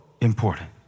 important